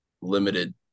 limited